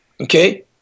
Okay